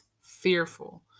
fearful